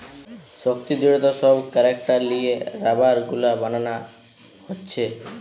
শক্তি, দৃঢ়তা সব ক্যারেক্টার লিয়ে রাবার গুলা বানানা হচ্ছে